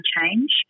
change